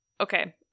Okay